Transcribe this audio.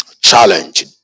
challenge